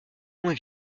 moins